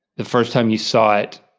the first time you saw it